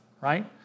right